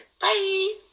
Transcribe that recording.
bye